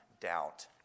doubt